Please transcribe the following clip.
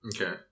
Okay